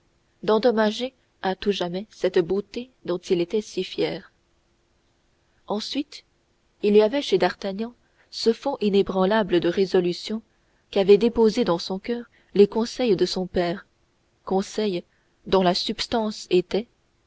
d'endommager à tout jamais cette beauté dont il était si fier ensuite il y avait chez d'artagnan ce fonds inébranlable de résolution qu'avaient déposé dans son coeur les conseils de son père conseils dont la substance était